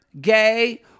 gay